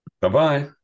Bye-bye